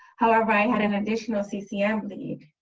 however i had an additional ccm bleed.